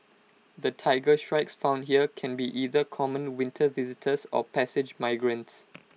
the Tiger Shrikes found here can be either common winter visitors or passage migrants